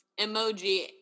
emoji